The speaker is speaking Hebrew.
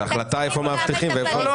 זאת החלטה איפה מאבטחים ואיפה לא.